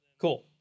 cool